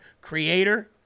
Creator